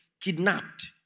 kidnapped